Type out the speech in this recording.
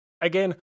Again